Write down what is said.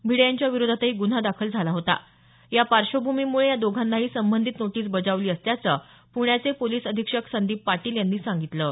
भिडे यांच्या विरोधातही गुन्हा दाखल झाला होता या पार्श्वभूमीमुळे या दोघांनाही संबंधित नोटीस बजावली असल्याचं पूण्याचे पोलिस अधीक्षक संदीप पाटील यांनी सांगितलं आहे